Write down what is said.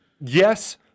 Yes